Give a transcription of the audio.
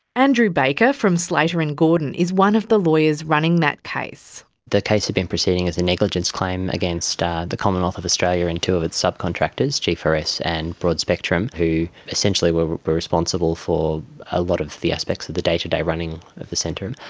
andrew baker from slater and gordon is one of the lawyers running that case. the case had been proceeding as a negligence claim against ah the commonwealth of australia and two of its sub-contractors, g four s and broadspectrum, who essentially were were responsible for a lot of the aspects of the day-to-day running of the centre. um